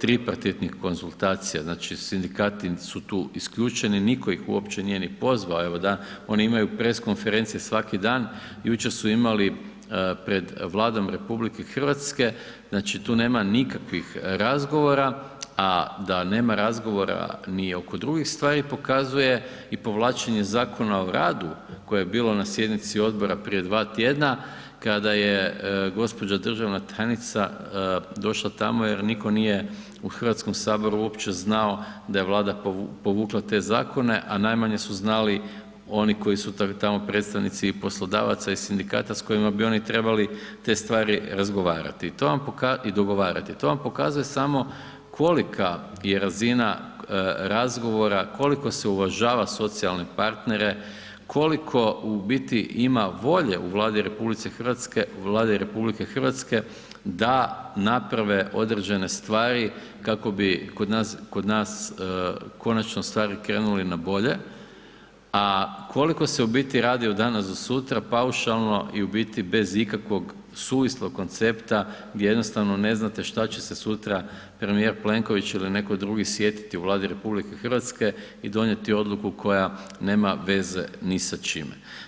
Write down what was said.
tripartitnih konzultacija, znači sindikati su tu isključeni, nitko ih uopće nije ni pozvao, oni imaju press konferenciju svaki dan, jučer su imali pred Vladom RH, znači tu nema nikakvih razgovora a da nema razgovora ni oko drugih stvari, pokazuje i povlačenje Zakona o radu koje je bilo na sjednici odbora prije 2 tj. kada je gđa. državna tajnica došla tamo jer nitko nije u Hrvatskom saboru uopće znalo da je Vlada povukla te zakona a najmanje su znali oni koji su tamo predstavnici i poslodavaca i sindikata s kojima bi oni trebali te stvari razgovarati i dogovarati i to vam pokazuje samo kolika je razina razgovora, koliko se uvažava socijalne partnere, koliko u biti ima volje u Vladi RH da naprave određene stvari kako bi kod nas konačno stvari krenule na bolje a koliko se u biti radi od danas do sutra paušalno i u biti bez ikakvog suvislog koncepta gdje jednostavno ne znate šta će se sutra premijer Plenković ili netko drugi sjetiti u Vladi RH i donijeti odluku koja nema veze ni sa čime.